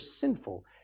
sinful